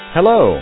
Hello